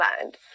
land